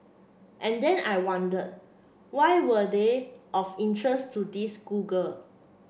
and then I wonder why were they of interest to this schoolgirl